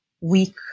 weak